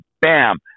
bam